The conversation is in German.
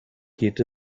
geht